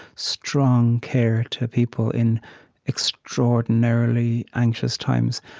strong care to people in extraordinarily anxious times,